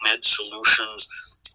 Solutions